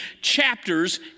chapters